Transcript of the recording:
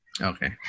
Okay